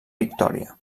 victòria